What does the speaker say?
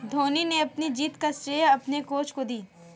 धोनी ने अपनी जीत का श्रेय अपने कोच को दी